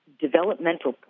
developmental